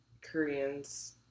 Koreans